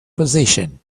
position